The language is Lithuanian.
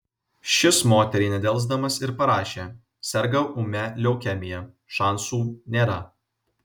šis moteriai nedelsdamas ir parašė serga ūmia leukemija šansų nėra